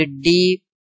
deep